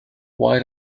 why